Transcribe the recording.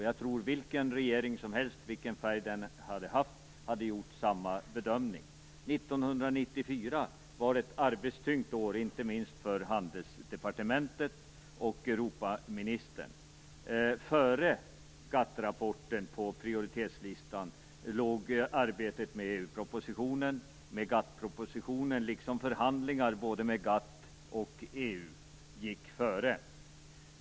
Jag tror att vilken regering som helst, vilken färg den än hade haft, hade gjort samma bedömning. 1994 var ett arbetstyngt år, inte minst för GATT-rapporten fanns, på prioriteringslistan, arbetet med EU-propositionen. Också förhandlingar både med GATT och EU gick före.